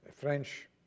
French